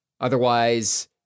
Otherwise